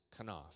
kanaf